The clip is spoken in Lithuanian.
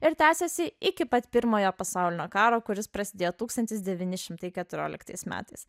ir tęsėsi iki pat pirmojo pasaulinio karo kuris prasidėjo tūkstantis devyni šimtai keturioliktais metais